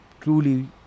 truly